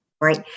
Right